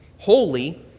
holy